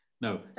No